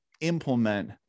implement